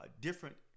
different